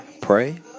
pray